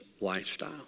lifestyle